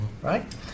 Right